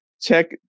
check